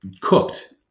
cooked